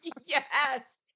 yes